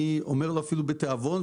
אני אומר לו אפילו "בתיאבון",